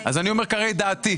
אני אומר כאן את דעתי.